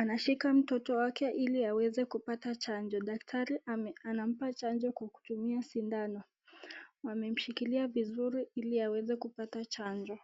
ameshika mtoto wake ili aweze kupata chanjo. Dakatari anamupa chanjo kwa kutumia sindano. Daktari amemshika vizuri ili aweze kumpa chanjo.